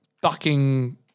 bucking